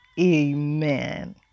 Amen